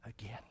again